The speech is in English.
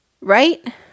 Right